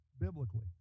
biblically